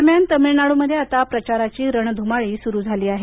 दरम्यान तामिळनाडूमध्ये आता प्रचाराची रणधुमाळी सुरू झाली आहे